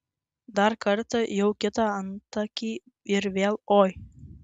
dar kartą jau kitą antakį ir vėl oi